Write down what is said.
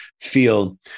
feel